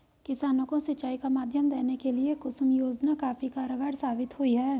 किसानों को सिंचाई का माध्यम देने के लिए कुसुम योजना काफी कारगार साबित हुई है